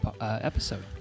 episode